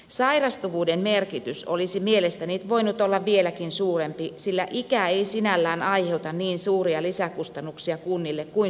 sairastavuuden merkitys olisi mielestäni voinut olla vieläkin suurempi sillä ikä ei sinällään aiheuta niin suuria lisäkustannuksia kunnille kuin sairastavuus